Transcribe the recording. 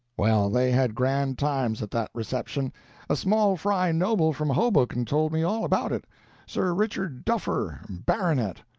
well, they had grand times at that reception a small-fry noble from hoboken told me all about it sir richard duffer, baronet.